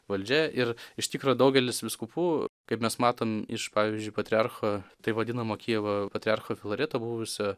valdžia ir iš tikro daugelis vyskupų kaip mes matom iš pavyzdžiui patriarcho taip vadinamo kijevo patriarcho filareto buvusio